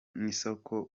n’isoko